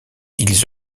ils